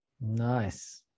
Nice